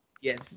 Yes